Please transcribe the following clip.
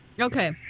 Okay